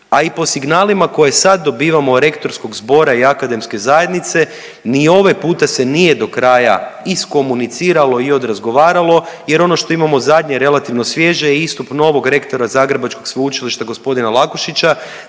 a i po signalima koje sad dobivamo rektorskog zbora i akademske zajednice, ni ovaj puta se nije do kraja iskomuniciralo i odrazgovaralo jer ono što imamo zadnje, relativno svježe je istup novog rektora zagrebačkog sveučilišta g. Lakušića,